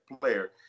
player